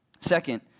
Second